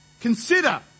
Consider